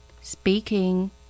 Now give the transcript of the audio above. Speaking